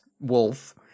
wolf